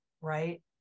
right